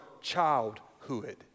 childhood